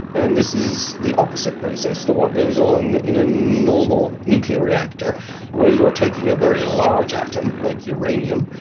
and this is the opposite process to what goes on in a normal nuclear reactor where you are taking a very large atom, like uranium,